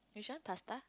she want pasta